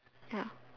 ha